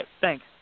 thanks